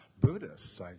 Buddhists